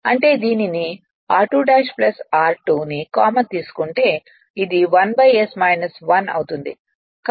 అంటే దీనిని r2 ' r2' ని కామన్ తీసుకుంటే ఇది 1 s 1 అవుతుంది